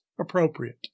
appropriate